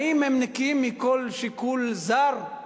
האם הם נקיים מכל שיקול זר?